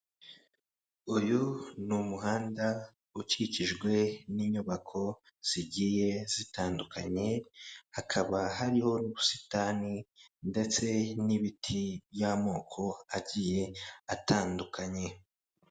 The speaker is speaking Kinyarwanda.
Uyu ni umuhanda ukikijwe n'inyubako zigiye zitandukanye hakaba hariho n'ubusitani ndetse n'ibiti by'amoko agiye atandukanye.